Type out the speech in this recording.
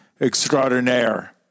extraordinaire